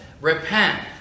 Repent